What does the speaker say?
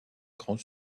grand